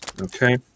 Okay